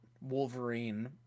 Wolverine